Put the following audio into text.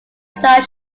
star